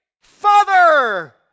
Father